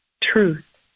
truth